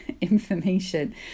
information